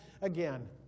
again